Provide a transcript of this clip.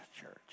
church